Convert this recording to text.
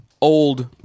old